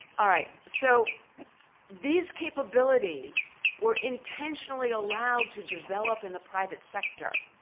all right, so these capabilities were intentionally allowed to develop in the private sector